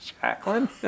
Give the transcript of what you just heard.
Jacqueline